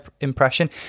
impression